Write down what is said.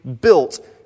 built